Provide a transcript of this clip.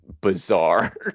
bizarre